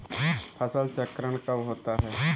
फसल चक्रण कब होता है?